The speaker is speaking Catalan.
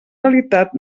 realitat